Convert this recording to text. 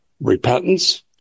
repentance